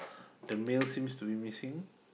the male seems to be missing